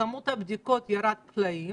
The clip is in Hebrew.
כמות הבדיקות ירדה פלאים